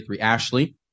Ashley